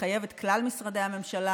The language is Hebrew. ומחייב את כלל משרדי הממשלה,